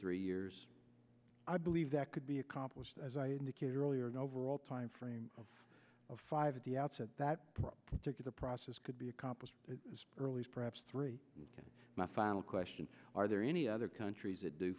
three years i believe that could be accomplished as i indicated earlier an overall timeframe of five at the outset that particular process could be accomplished as early as perhaps three my final question are there any other countries that do